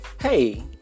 Hey